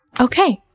okay